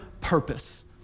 purpose